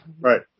Right